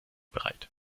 bereit